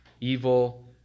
evil